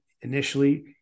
initially